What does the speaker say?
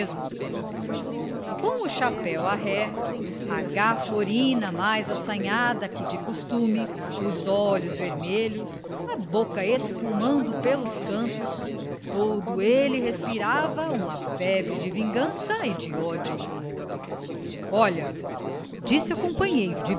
mesmo com o chapéu à ré a gaforina mais assanhada que de costume os olhos vermelhos a boca espumando pelos cantos todo ele respirava uma febre de vingança e de ódio olha disse ao companheiro de